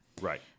Right